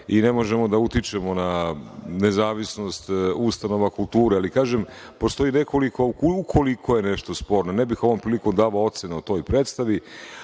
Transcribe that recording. i ne možemo da utičemo na nezavisnost ustanova kulture. Ali, kažem, postoji nekoliko, ukoliko je nešto sporno, ne bih ovom prilikom davao ocene o toj predstavi,